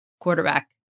quarterback